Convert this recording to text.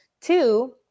Two